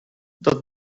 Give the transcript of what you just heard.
dat